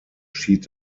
schied